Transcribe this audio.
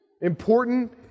important